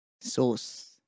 sauce